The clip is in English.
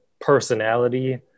personality